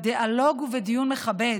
בדיאלוג ובדיון מכבד,